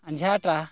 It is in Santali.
ᱟᱡᱷᱟᱸᱴᱟ